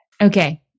Okay